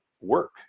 work